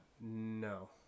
No